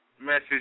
message